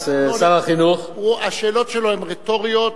השאלות שלו הן רטוריות.